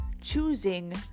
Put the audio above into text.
choosing